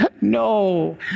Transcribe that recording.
no